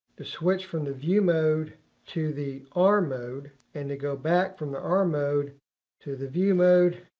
to switch from the view mode to the arm mode, and to go back from the arm mode to the view mode,